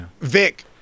vic